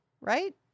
right